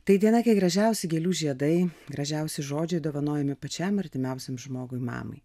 tai diena kai gražiausių gėlių žiedai gražiausi žodžiai dovanojami pačiam artimiausiam žmogui mamai